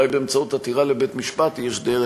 אולי באמצעות עתירה לבית-משפט יש דרך,